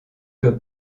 que